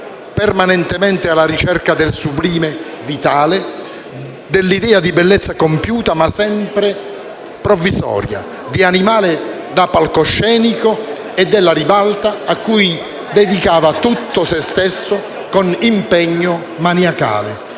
permanentemente alla ricerca del sublime vitale, dell'idea di bellezza compiuta, ma sempre provvisoria, di animale da palcoscenico e della ribalta a cui dedicava se stesso con impegno maniacale,